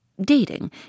dating